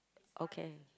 okay